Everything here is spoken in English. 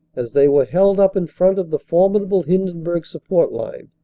as they were held up in front of the formidable hindenburg support line.